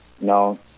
no